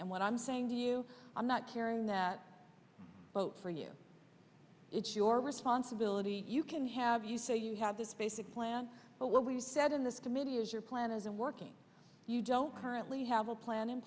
and what i'm saying to you i'm not carrying that boat for you it's your responsibility you can have you say you have this basic plan but what we've said in this committee is your plan isn't working you don't currently have a plan in